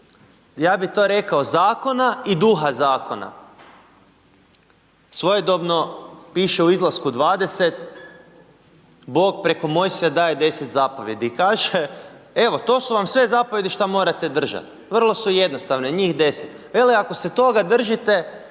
ja bi to rekao zakona i duha zakona. Svojedobno piše u Izlasku 20. Bog preko Mojsija daje 10 zapovijedi i kaže, evo to su vam sve zapovijedi šta morate držat, vrlo su jednostavne, njih 10, veli ako se toga držite